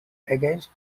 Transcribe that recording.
against